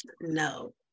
no